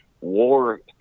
war